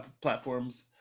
platforms